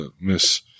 Miss